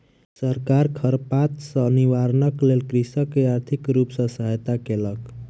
सरकार खरपात सॅ निवारणक लेल कृषक के आर्थिक रूप सॅ सहायता केलक